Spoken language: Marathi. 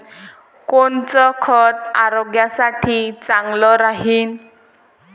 कोनचं खत आरोग्यासाठी चांगलं राहीन?